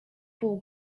pół